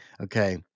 okay